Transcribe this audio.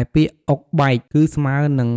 ឯពាក្យ អុកបែក គឺស្មើរនិង